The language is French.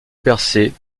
percée